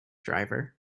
driver